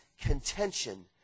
contention